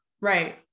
Right